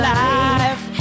life